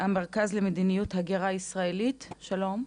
המרכז למדיניות הגירה ישראלית, שלום.